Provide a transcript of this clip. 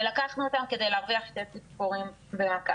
ולקחנו אותם כדי להרוויח שתי ציפורים במכה.